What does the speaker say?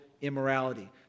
immorality